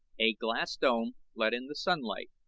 a glass dome let in the sun-light,